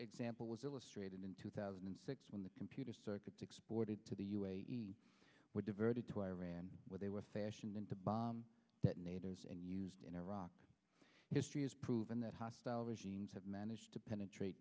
example was illustrated in two thousand and six when the computer circuits exported to the us were diverted to iran where they were fashioned into bomb that nader's and used in iraq history has proven that hostile regimes have managed to penetrate